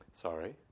Sorry